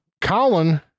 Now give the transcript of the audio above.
Colin